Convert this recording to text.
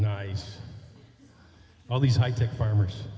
nice all these high tech farmers